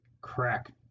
Crack